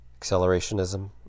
Accelerationism